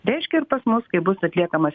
reiškia ir pas mus kai bus atliekamas